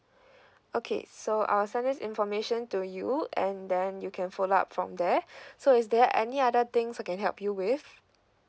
okay so I'll send this information to you and then you can follow up from there so is there any other things I can help you with